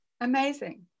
Amazing